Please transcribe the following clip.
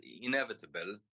inevitable